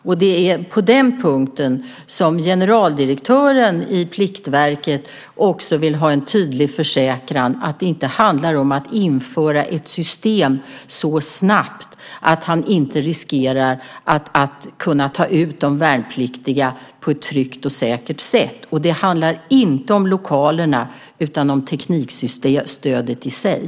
Och det är på den punkten som generaldirektören i Pliktverket också vill ha en tydlig försäkran om att det inte handlar om att införa ett system så snabbt att man riskerar att inte kunna ta ut de värnpliktiga på ett tryggt och säkert sätt. Det handlar inte om lokalerna utan om teknikstödet i sig.